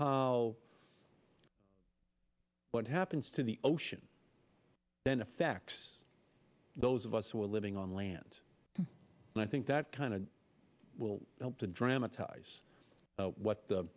how what happens to the ocean then affects those of us who are living on land and i think that kind of will help to dramatize what